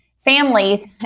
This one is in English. families